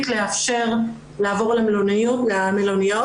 לאפשר לעבור למלוניות.